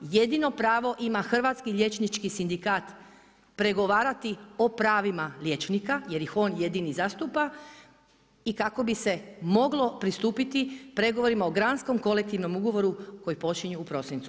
Jedino pravo ima Hrvatski liječnički sindikat pregovarati o pravima liječnika jer ih on jedini zastupa i kako bi se moglo pristupiti pregovorima o granskom kolektivnom ugovoru koji počinje u prosincu.